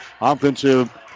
Offensive